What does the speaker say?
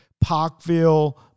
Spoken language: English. Parkville